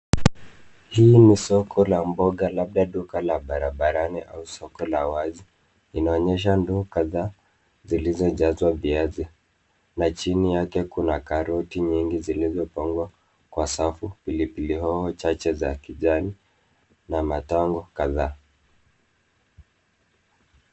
Hii ni soko la mboga labda duka la barabarani au soko la wazi. Inaonyesha ndoo kadhaa zilizojazwa viazi na chini yake kuna karoti nyingi zilizopangwa kwa safu, pilipili hoho chache za kijani na matango kadhaa.